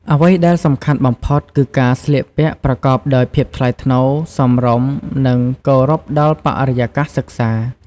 អ្វីដែលសំខាន់បំផុតគឺការស្លៀកពាក់ប្រកបដោយភាពថ្លៃថ្នូរ សមរម្យ និងគោរពដល់បរិយាកាសសិក្សា។